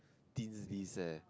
dean's list leh